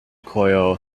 coli